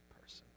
person